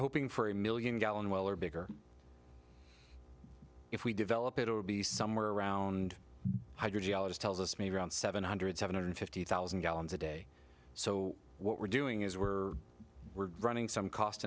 hoping for a million gallon well or bigger if we develop it would be somewhere around two hundred dollars tells us maybe around seven hundred seven hundred fifty thousand gallons a day so what we're doing is we're we're running some cost